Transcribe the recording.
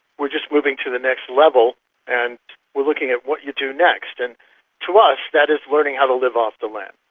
we're just moving to the next level and we're looking at what you do next. and to us, that is learning how to live off the land.